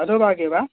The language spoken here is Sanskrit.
अधोभागे वा